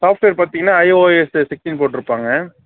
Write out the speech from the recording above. software பார்த்திங்கனா iOS சிக்ஸ்டினு போட்டிருப்பாங்க